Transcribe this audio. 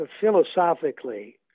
Philosophically